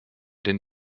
den